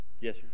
Yes